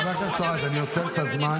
חבר הכנסת אוהד, אני עוצר את הזמן.